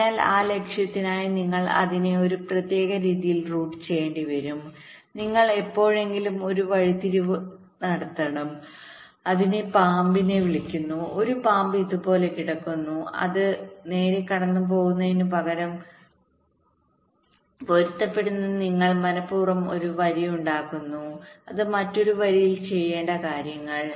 അതിനാൽ ആ ലക്ഷ്യത്തിനായി നിങ്ങൾ അതിനെ ഒരു പ്രത്യേക രീതിയിൽ റൂട്ട് ചെയ്യേണ്ടിവരും നിങ്ങൾ എപ്പോഴെങ്കിലും ഒരു വഴിതിരിവ് നടത്തണം അതിനെ പാമ്പിനെ വിളിക്കുന്നു ഒരു പാമ്പ് ഇതുപോലെ കിടക്കുന്നു നേരെ കടന്നുപോകുന്നതിനുപകരം പൊരുത്തപ്പെടുന്നതിന് നിങ്ങൾ മനപ്പൂർവ്വം ഒരു വരി ഉണ്ടാക്കുന്നു അത് മറ്റൊരു വരിയിൽ നിങ്ങൾ ചെയ്യേണ്ട കാര്യങ്ങൾ